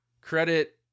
Credit